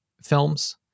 films